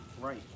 right